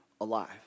alive